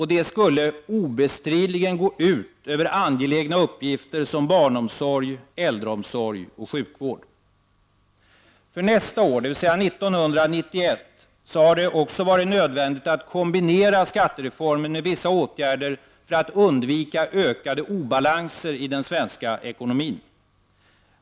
Det skulle obestridligen gå ut över angelägna uppgifter som barnomsorg, äldreomsorg och sjukvård. För nästa år, dvs. 1991, har det också varit nödvändigt att kombinera skattereformen med vissa åtgärder för att undvika ökade obalanser i den svenska ekonomin.